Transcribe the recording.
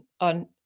on